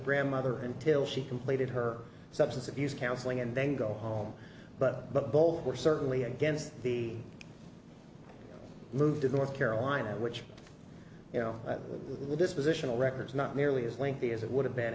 grandmother until she completed her substance abuse counseling and then go home but but both were certainly against the move to north carolina which you know the dispositional record is not nearly as linky as it would have been